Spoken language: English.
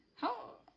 how